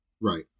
Right